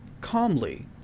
calmly